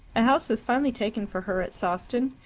a house was finally taken for her at sawston,